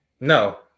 No